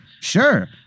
Sure